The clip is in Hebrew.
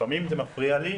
לפעמים זה מפריע לי,